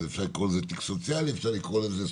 אפשר לקרוא לזה תיק סוציאלי, אפשר לקרוא לזה סתם.